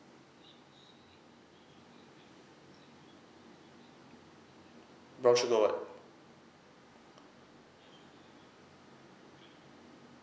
brown sugar what